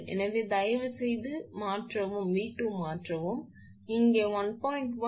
எனவே தயவுசெய்து மாற்றவும் 𝑉2 இங்கே 1